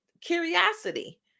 curiosity